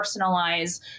personalize